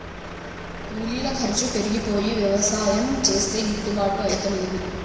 కూలీల ఖర్చు పెరిగిపోయి యవసాయం చేస్తే గిట్టుబాటు అయితలేదు